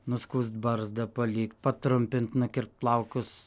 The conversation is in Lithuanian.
nuskust barzdą palikt patrumpint nukirpt plaukus